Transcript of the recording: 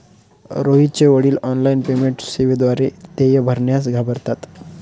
रोहितचे वडील online payment सेवेद्वारे देय भरण्यास घाबरतात